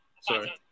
sorry